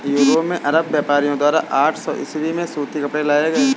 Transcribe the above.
Europe में अरब व्यापारियों द्वारा आठ सौ ईसवी में सूती कपड़े लाए गए